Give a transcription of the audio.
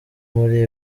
muri